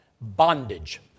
bondage